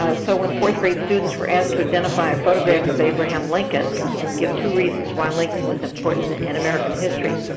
ah so when fourth grade students were asked to identify a photograph of abraham lincoln and give two reasons why lincoln was important in american history,